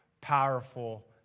powerful